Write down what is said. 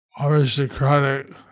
aristocratic